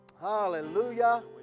Hallelujah